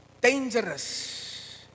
dangerous